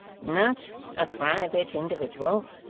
not a private individual,